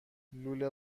لوله